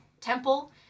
temple